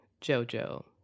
JoJo